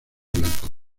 blancos